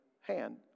hand